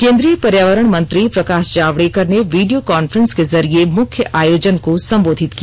केन्द्रीय पर्यावरण मंत्री प्रकाश जावडेकर ने वीडियो कान्फ्रेंस के जरिये मुख्य आयोजन को संबोधित किया